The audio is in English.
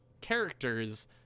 characters